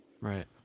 Right